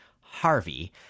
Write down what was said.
Harvey